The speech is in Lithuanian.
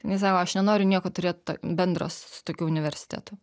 jinai sako aš nenoriu nieko turėt bendro su tokiu universitetu